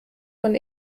von